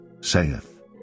saith